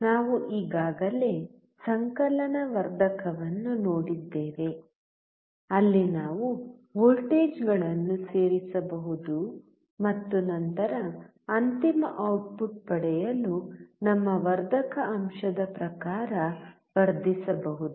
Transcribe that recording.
ನಾವು ಈಗಾಗಲೇ ಸಂಕಲನ ವರ್ಧಕವನ್ನು ನೋಡಿದ್ದೇವೆ ಅಲ್ಲಿ ನಾವು ವೋಲ್ಟೇಜ್ಗಳನ್ನು ಸೇರಿಸಬಹುದು ಮತ್ತು ನಂತರ ಅಂತಿಮ ಔಟ್ಪುಟ್ ಪಡೆಯಲು ನಮ್ಮ ವರ್ಧಕ ಅಂಶದ ಪ್ರಕಾರ ವರ್ಧಿಸಬಹುದು